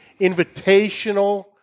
invitational